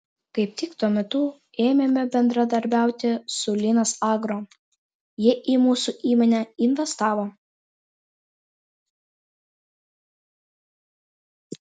kaip tik tuo metu ėmėme bendradarbiauti su linas agro jie į mūsų įmonę investavo